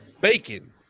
bacon